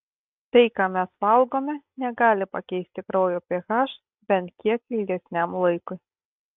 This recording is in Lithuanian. tai ką mes valgome negali pakeisti kraujo ph bent kiek ilgesniam laikui